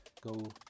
go